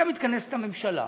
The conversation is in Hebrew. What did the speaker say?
הייתה מתכנסת הממשלה,